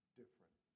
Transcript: different